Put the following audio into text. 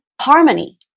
harmony